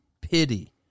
pity